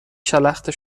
شلخته